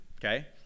okay